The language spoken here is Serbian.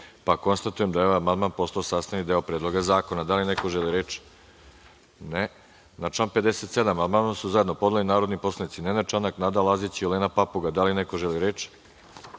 Srbije. Konstatujem da je ovaj amandman postao sastavni deo Predloga zakona. Da li neko želi reč? (Ne.)Na član 57. amandman su zajedno podneli narodni poslanici Nenad Čanak, Nada Lazić i Olena Papuga. Da li neko želi reč?